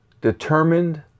determined